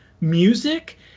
music